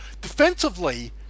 defensively